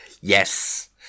yes